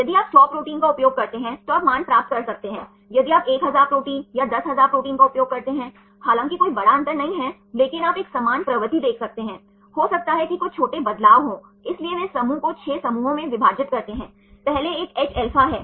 यदि आप 100 प्रोटीन का उपयोग करते हैं तो आप मान प्राप्त कर सकते हैं यदि आप 1000 प्रोटीन या 10000 प्रोटीन का उपयोग करते हैं हालांकि कोई बड़ा अंतर नहीं है लेकिन आप एक समान प्रवृत्ति देख सकते हैं हो सकता है कि कुछ छोटे बदलाव हों इसलिए वे इस समूह को 6 समूहों में विभाजित करते हैं पहले एक Hα है